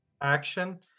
action